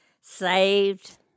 saved